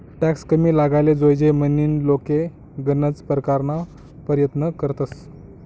tax कमी लागाले जोयजे म्हनीन लोके गनज परकारना परयत्न करतंस